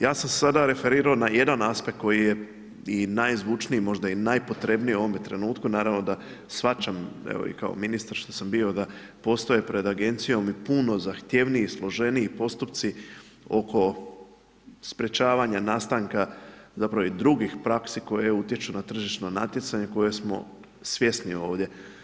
Ja sam se sada referirao na jedan aspekt koji je i najzvučniji možda i najpotrebniji u ovome trenutku, naravno da shvaćam evo i kao ministar što bio da postoje pred agencijom i puno zahtjevniji i složeniji postupci oko sprečavanja nastanka zapravo i drugih praksi koje utječu na tržišno natjecanje koje smo svjesni ovdje.